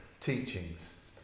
teachings